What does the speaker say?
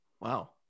Wow